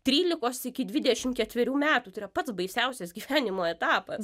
trylikos iki dvidešimt ketverių metų yra pats baisiausias gyvenimo etapas